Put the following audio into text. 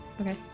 Okay